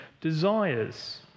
desires